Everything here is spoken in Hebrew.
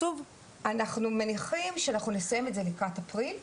אנחנו מניחים שאנחנו נסיים את זה לקראת אפריל,